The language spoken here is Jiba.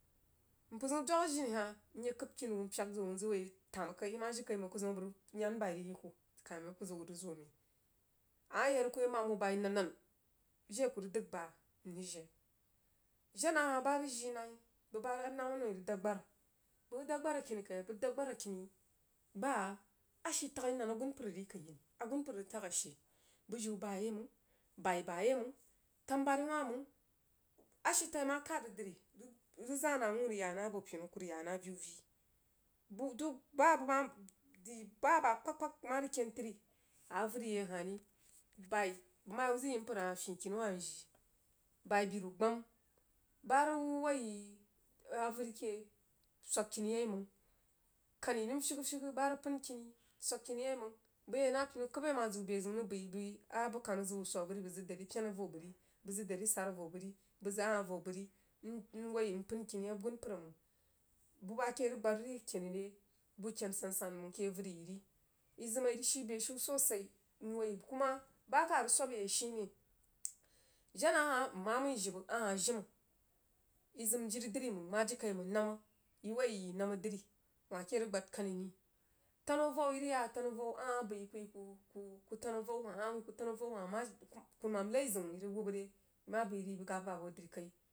Mpər dwag a jiri hah myag kəib kini wuh mpyag zəg wuh nzəg wuh ya tema kai mah jirikai mang kuh zəm abəg rig yari bai rig yi kuh kafin akuh zəg wuh rig zoa amen amah yad rig kuh yah mam wuh bai nannan jire a kuh dəg bah mrig jie jena hah bəg bah anumah noi rig dab gbar bag rig dab abar akini kain bəg rig dab gbar bah ashitaghini nan agunpər rig khihi ni a gunpər rig tag ashii bujiu bayai mang bai kah bayai mang tanu bubari wah mang ashitghi mah kad rig dri rig zah nah wuuh rig yaa nah abi pinu akuh rig yau nah a viu vii bug dug bah abəg mah drī bah abakpagkpag kumah rig ken tri avərí yeh ahah ri bai bəj mah yi wuh zəj yi mpər hah afyi kin wah mjii bai biru gbam bah rig woi yi avəri keh bəg swag kim yai mang kani nəm fyigha fyagha bah rig pəin kin swag kini yai mang bəg yi nah pinu kəbai anah ziu beh zəun rig bəi bəi a buh kanu zəg wuh swag averi bəj zəj dari pyena avo bəg ri bəg zəg dari sara avo bəg ri bəg zəg ahah avoh bəg ri bəg woi npəin kini agunpər mang bu bah keh rig gbar ri rig kenah re buh ken san san mang ake avəri yi ri yi zəm a yi rig shii beshiu sosai nwoi juna bah kah rig swab ayai she jenah hah nmah məi jibə ahah jime yi zəm jiri dwi mang drí wah ke rig gbad kani rí tanu avau yi rig yaa tanu avau ahah mah bəi kuh yi kuh bəg fanu avau hah kubi bəg tanu avau hah mah jirikaimang kurumam laizəun yi rig wubba re yi mah bəi rig yí gba-gab hoh drí kai